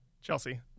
Chelsea